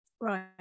Right